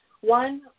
one